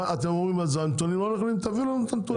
אתם אומרים שהנתונים לא נכונים אז תביאו לנו את הנתונים.